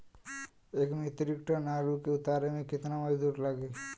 एक metric ton आलू के उतारे मे कितना मजदूर लागि?